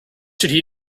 should